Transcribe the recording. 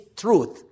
truth